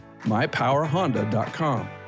MyPowerHonda.com